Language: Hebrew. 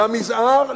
ולמזער,